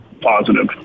positive